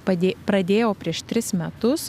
padė pradėjau prieš tris metus